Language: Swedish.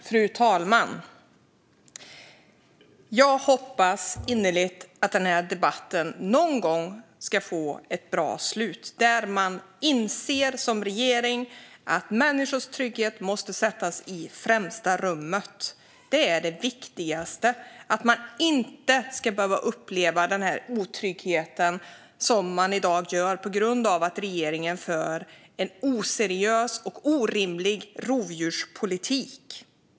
Fru talman! Jag hoppas innerligt att denna debatt någon gång ska få ett bra slut, där regeringen inser att människors trygghet måste sättas i främsta rummet. Det är det viktigaste - att man inte ska behöva uppleva den otrygghet som man i dag upplever på grund av att regeringen för en oseriös och orimlig rovdjurspolitik.